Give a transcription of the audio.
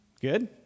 Good